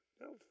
No